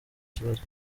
kibazo